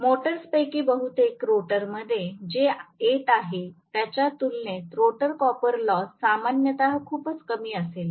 induction मोटर्सपैकी बहुतेकरोटरमध्ये जे येत आहे त्याच्या तुलनेत रोटर कॉपर लॉस सामान्यतः खूपच कमी असेल